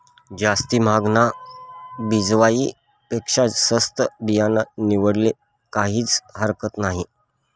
जास्ती म्हागानं बिजवाई पेक्शा सस्तं बियानं निवाडाले काहीज हरकत नही